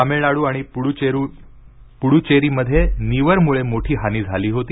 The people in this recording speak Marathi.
तामिळनाडू आणि पुडूचेरी मध्ये नीवर मुळे मोठी हानी झाली होती